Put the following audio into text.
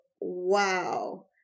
wow